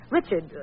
Richard